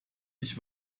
ich